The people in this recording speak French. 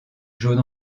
jaune